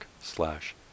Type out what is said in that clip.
slash